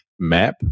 Map